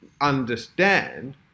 understand